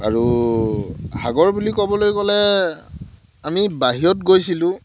আৰু সাগৰ বুলি ক'বলৈ গ'লে আমি বাহিৰত গৈছিলোঁ